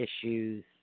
issues